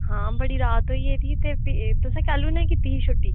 हां बड़ी रात होई गेदी ते तुसें कैह्लूं नेह् कीती ही छुट्टी